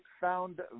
found